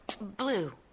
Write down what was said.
Blue